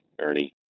Ernie